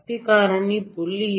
சக்தி காரணி 0